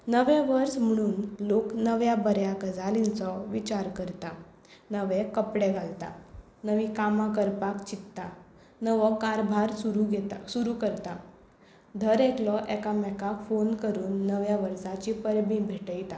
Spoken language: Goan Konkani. नवें वर्स म्हुणून लोक नव्या बऱ्या गजालींचो विचार करता नवे कपडे घालता नवीं कामां करपाक चित्ता नवो कारभार सुरू घेता सुरू करता धर एकलो एकामेकाक फोन करून नव्या वर्साची परबीं भेटयता